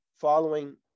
following